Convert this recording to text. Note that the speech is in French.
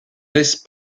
laisse